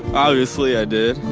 obviously i did,